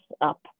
up